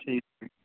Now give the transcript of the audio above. ঠিক